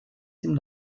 dem